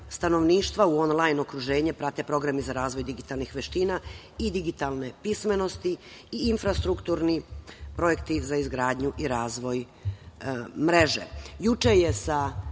u onlajn okruženje prate programi za razvoj digitalnih veština i digitalne pismenosti i infrastrukturni projekti za izgradnju i razvoj mreže. Juče je sa